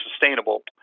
Sustainable